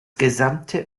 gesamte